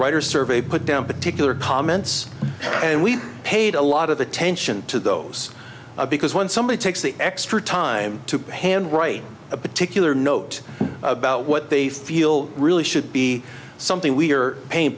writers survey put down particular comments and we paid a lot of attention to those because when somebody takes the extra time to hand write a particular note about what they feel really should be something we are paying